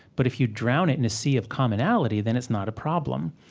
but if you drown it in a sea of commonality, then it's not a problem.